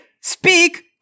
speak